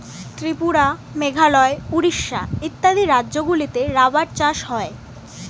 ত্রিপুরা, মেঘালয়, উড়িষ্যা ইত্যাদি রাজ্যগুলিতে রাবার চাষ হয়